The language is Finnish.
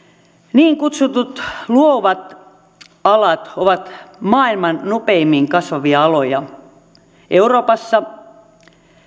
niin kutsutut luovat alat ovat maailman nopeimmin kasvavia aloja euroopassa